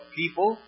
people